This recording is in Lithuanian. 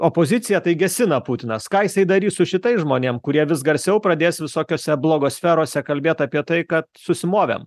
opoziciją tai gesina putinas ką jisai darys su šitais žmonėm kurie vis garsiau pradės visokiose blogo sferose kalbėt apie tai kad susimovėm